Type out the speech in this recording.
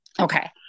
Okay